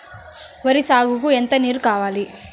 వరి సాగుకు ఎంత నీరు కావాలి?